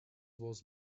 was